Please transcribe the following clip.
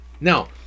Now